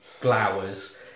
glowers